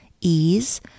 Ease